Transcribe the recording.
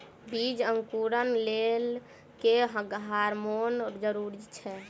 बीज अंकुरण लेल केँ हार्मोन जरूरी छै?